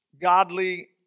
godly